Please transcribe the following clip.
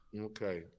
Okay